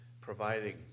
providing